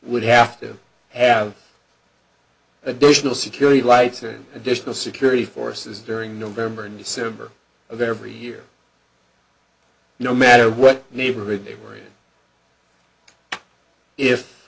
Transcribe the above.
would have to have the additional security lights or additional security forces during november and december of every year no matter what neighborhood